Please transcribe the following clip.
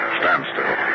standstill